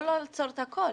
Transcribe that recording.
לא לעצור את הכול,